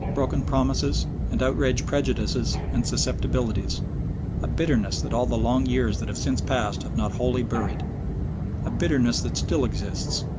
broken promises, and outraged prejudices and susceptibilities a bitterness that all the long years that have since passed have not wholly buried a bitterness that still exists,